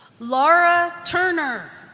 lara turner.